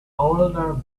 older